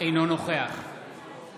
אינה נוכחת חיים